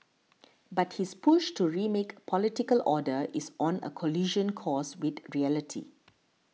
but his push to remake political order is on a collision course with reality